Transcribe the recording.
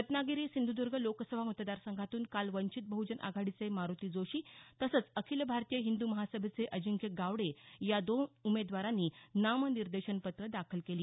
रत्नागिरी सिंधुदुर्ग लोकसभा मतदारसंघातून काल वंचित बहजन आघाडीचे मारुती जोशी तसंच अखिल भारत हिंदू महासभेचे अजिंक्य गावडे या दोन उमेदवारांनी नामनिर्देशन पत्रं दाखल केली